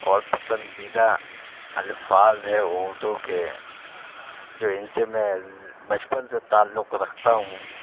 اور پسندیدہ الفاظ ہے اردو کے جو ان سے میں بچپن سے تعلق رکھتا ہوں